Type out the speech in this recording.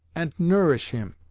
ant norish him